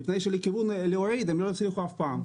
מפני שלהוריד הם לא יצליחו אף פעם.